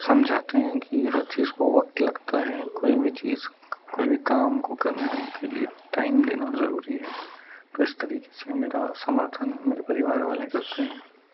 समझाते हैं कि यह चीज़ को वक्त लगता है कोई भी चीज़ कोई भी काम को करने के लिए टाइम देना ज़रूरी है तो इस तरीके से मेरा समर्थन मेरे परिवार वाले करते हैं